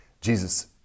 Jesus